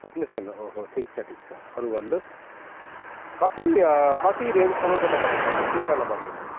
सुत्नुसक्ने अहो ठिक छ ठिक छ अरू भन्नुहोस् कति कति रेन्जसम्मको तपाईँलाई चाहिएको त्यो पहिला बताउनुहोस्